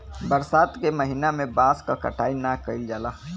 बरसात के महिना में बांस क कटाई ना कइल जाला